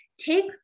take